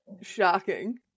Shocking